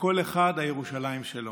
לכל אחד ירושלים שלו.